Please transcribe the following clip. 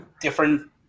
different